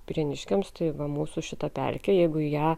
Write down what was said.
prieniškiams tai va mūsų šitą pelkę jeigu ją